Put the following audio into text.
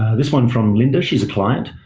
this one from linda, she's a client.